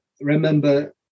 remember